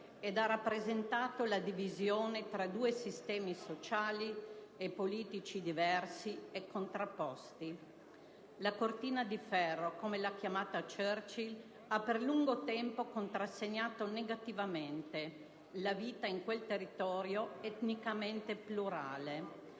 ed ha rappresentato la divisione tra due sistemi sociali e politici diversi e contrapposti. La cortina di ferro, come l'ha chiamata Churchill, ha per lungo tempo contrassegnato negativamente la vita in quel territorio etnicamente plurale.